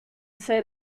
ser